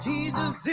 Jesus